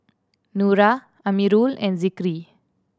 Nura Amirul and Zikri